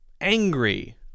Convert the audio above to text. angry